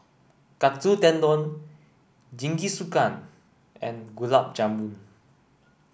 Katsu Tendon Jingisukan and Gulab Jamun